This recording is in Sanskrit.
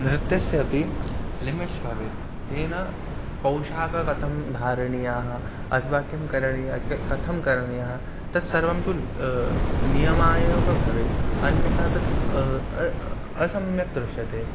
नृत्यस्यपि लिमिट्स् भवेत् तेन पोषाखं कथं धारणीयः अथवा किं करणीयः के कथं करणीयः तस्सर्वं तु नियमं एव प भवेत् अन्यथा तत् असम्यक् दृश्यते